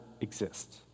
exist